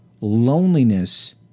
Loneliness